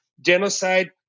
genocide